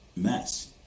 mess